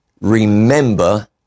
remember